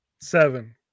Seven